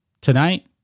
tonight